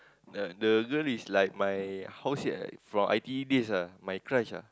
the the girl is like my how say ah from I_T_E days ah my crush ah